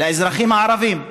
לאזרחים הערבים,